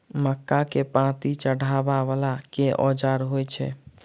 मक्का केँ पांति चढ़ाबा वला केँ औजार होइ छैय?